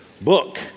book